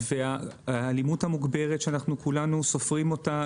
והאלימות המוגברת שאנחנו כולנו סופרים אותה,